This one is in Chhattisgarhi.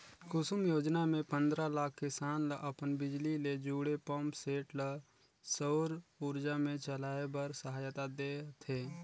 कुसुम योजना मे पंदरा लाख किसान ल अपन बिजली ले जुड़े पंप सेट ल सउर उरजा मे चलाए बर सहायता देह थे